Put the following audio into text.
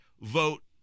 vote